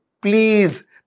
please